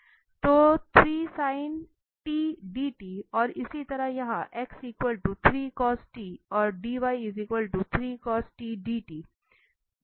तो 3 sin t dt और इसी तरह यहां x 3 cos t और dy 3 cos t dt